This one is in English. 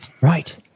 Right